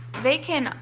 they can,